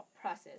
process